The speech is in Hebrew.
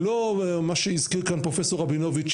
לא מה שהזכיר כאן פרופ' רבינוביץ',